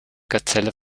gazelle